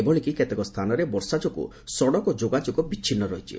ଏଭଳିକି କେତେକ ସ୍ଥାନରେ ବର୍ଷା ଯୋଗୁଁ ସଡକ ଯୋଗାଯୋଗ ବିଚ୍ଛିନ୍ନ ରହିଛି